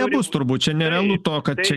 nebus turbūt čia nerealu to kad čia